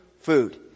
food